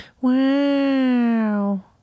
Wow